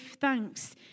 thanks